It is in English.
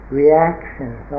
reactions